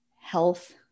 health